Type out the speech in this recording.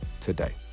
today